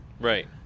Right